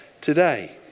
today